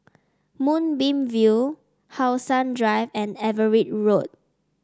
Moonbeam View How Sun Drive and Everitt Road